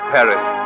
Paris